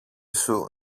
σου